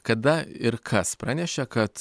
kada ir kas pranešė kad